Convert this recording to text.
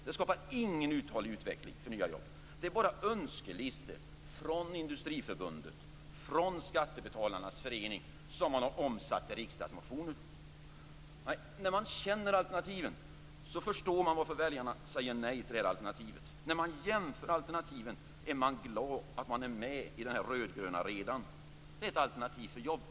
Den skapar ingen uthållig utveckling för nya jobb. Det är bara önskelistor från Industriförbundet och från Skattebetalarnas förening som man har omsatt i riksdagsmotioner. När man känner alternativen förstår man varför väljarna säger nej till detta alternativ. När man jämför alternativen är man glad att man är med i den rödgröna redan. Det är ett alternativ för jobb.